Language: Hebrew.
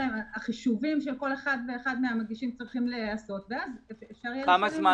החישובים של כל אחד ואחד מן המגישים צריכים להיעשות ואז אפשר